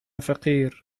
فقير